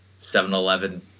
7-Eleven